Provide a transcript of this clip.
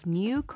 new